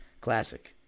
Classic